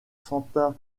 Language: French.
santa